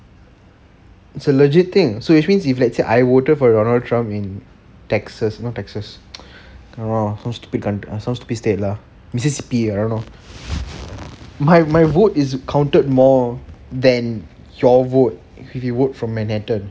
it's a legit thing so it means if let's say I voted for donald trump in texas you know texas orh some stupid count~ some stupid state lah mississippi I don't know my my vote is counted more than your vote if you work from manhattan